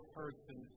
person